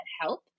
help